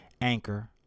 Anchor